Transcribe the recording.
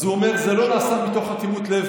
אז הוא אומר: זה לא נעשה זה לא נעשה מתוך אטימות לב,